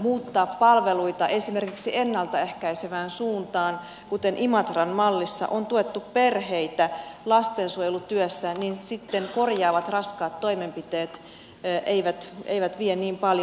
muuttaa palveluita esimerkiksi ennalta ehkäisevään suuntaan kuten imatran mallissa on tuettu perheitä lastensuojelutyössä niin sitten korjaavat raskaat toimenpiteet eivät vie niin paljon voimavaroja